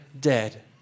dead